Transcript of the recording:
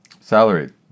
salary